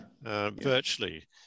virtually